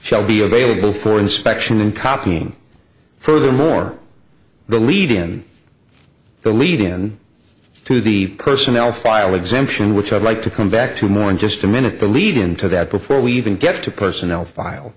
shall be available for inspection and copying furthermore the lead in the lead in to the personnel file exemption which i'd like to come back to more in just a minute the lead in to that before we even get to personnel file